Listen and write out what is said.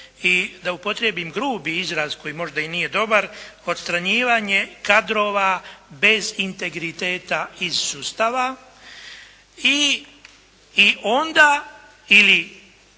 i da upotrijebim grubi izraz koji možda i nije dobar odstranjivanje kadrova bez integriteta iz sustava. I onda ili